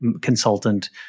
consultant